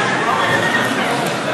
הצעת חוק התכנון והבנייה